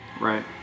right